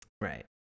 Right